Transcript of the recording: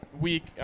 week